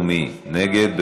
מי נגד?